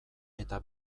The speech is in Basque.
eta